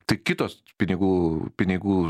tai kitos pinigų pinigų